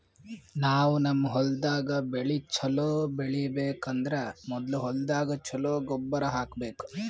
ನಾವ್ ನಮ್ ಹೊಲ್ದಾಗ್ ಬೆಳಿ ಛಲೋ ಬೆಳಿಬೇಕ್ ಅಂದ್ರ ಮೊದ್ಲ ಹೊಲ್ದಾಗ ಛಲೋ ಗೊಬ್ಬರ್ ಹಾಕ್ಬೇಕ್